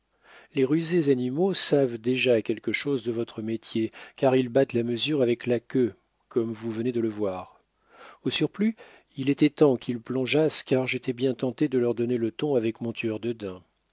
les rusés animaux savent déjà quelque chose de votre métier car ils battent la mesure avec la queue comme vous venez de le voir au surplus il était temps qu'ils plongeassent car j'étais bien tenté de leur donner le ton avec mon